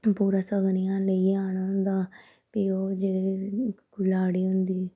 पूरा सगन इयां लेइयै आना होंदा फ्ही ओह् जेह्ड़ी कु लाड़ी होंदी